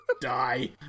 Die